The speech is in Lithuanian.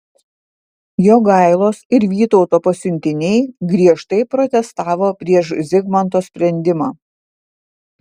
jogailos ir vytauto pasiuntiniai griežtai protestavo prieš zigmanto sprendimą